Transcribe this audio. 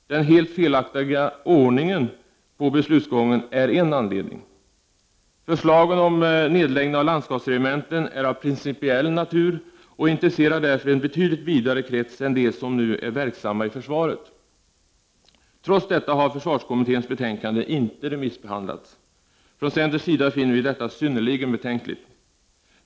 Den helt felaktiga ordningen på beslutsgången är en anledning. Förslaget om nedläggning av landskapsregementen är av principiell natur och intresserar därför en betydligt vidare krets än dem som nu är verksamma i försvaret. Trots detta har försvarskommitténs betänkande inte remissbehandlats. Från centerns sida finner vi detta synnerligen betänkligt.